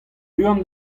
buan